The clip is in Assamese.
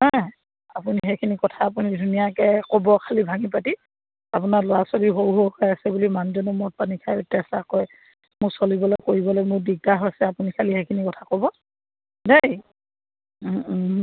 আপুনি সেইখিনি কথা আপুনি ধুনীয়াকৈ ক'ব খালী ভাঙি পাতি আপোনাৰ ল'ৰা ছোৱালী সৰু সৰুকে আছে বুলি মানুহজনে মদ পানী খাই অত্যাচাৰ কৰে মোক চলিবলৈ কৰিবলৈ মোৰ দিগদাৰ হৈছে আপুনি খালী সেইখিনি কথা ক'ব দেই